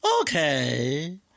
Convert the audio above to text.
Okay